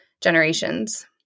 generations